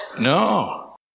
No